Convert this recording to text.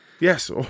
Yes